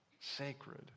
sacred